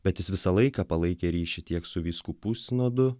bet jis visą laiką palaikė ryšį tiek su vyskupų sinodu